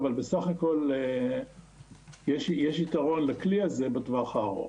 אבל בסך הכול יש יתרון לכלי הזה בטווח הארוך.